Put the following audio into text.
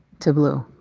to blue.